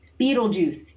Beetlejuice